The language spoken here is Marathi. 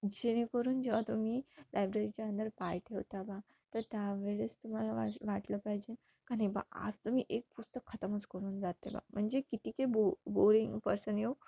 जेणेकरून जेव्हा तुम्ही लायब्ररीच्या अंदर पाय ठेवता बा तर त्यावेळेस तुम्हाला वा वाटलं पाहिजे का नाही बा आज तुम्ही एक पुस्तक खतमच करून जाते बा म्हणजे कितीक बो बोरिंग पर्सन येऊ